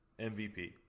mvp